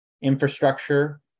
infrastructure